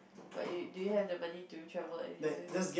but you do you have the money to travel leisurely